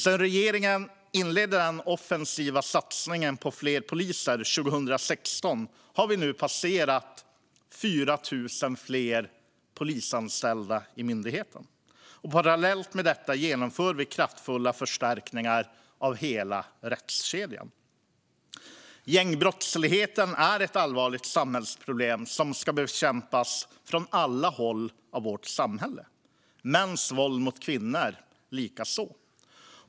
Sedan regeringen inledde den offensiva satsningen på fler poliser 2016 har vi nu passerat 4 000 fler polisanställda i myndigheten. Parallellt med detta genomför vi kraftfulla förstärkningar av hela rättskedjan. Gängbrottsligheten är ett allvarligt samhällsproblem som ska bekämpas från alla håll; mäns våld mot kvinnor likaså.